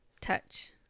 touch